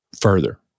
further